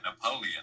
Napoleon